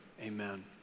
amen